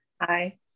Hi